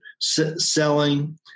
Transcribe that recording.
selling